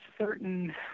certain